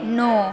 नौ